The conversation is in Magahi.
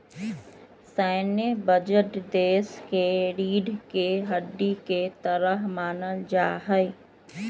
सैन्य बजट देश के रीढ़ के हड्डी के तरह मानल जा हई